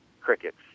crickets